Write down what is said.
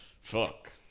Fuck